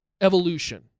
evolution